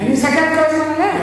אני מסתכלת כל הזמן עליה.